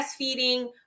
breastfeeding